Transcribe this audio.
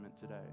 today